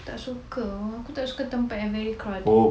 tak suka aku tak suka tempat yang very crowded